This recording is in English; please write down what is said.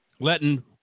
letting